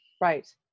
Right